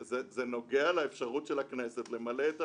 זה נוגע לאפשרות של הכנסת למלא את תפקידה,